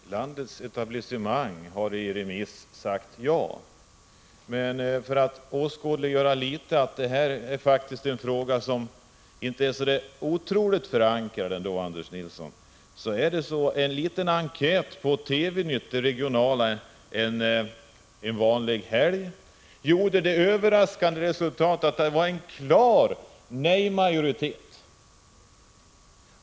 Herr talman! Landets etablissemang har i remiss sagt ja. För att åskådliggöra att denna fråga inte är så otroligt fast förankrad, Anders Nilsson, vill jag tala om att en liten enkät som det regionala TV-nytt gjorde en vanlig helg gav det överraskande resultatet att det fanns en klar nej majoritet.